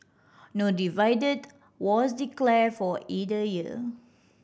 no dividend was declared for either year